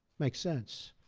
makes sense.